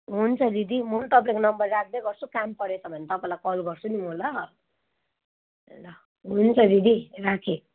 हुन्छ दिदी म पनि तपाईँको नम्बर राख्दै गर्छु काम परेछ भने तपाईँलाई कल गर्छु नि म ल ल हुन्छ दिदी राखेँ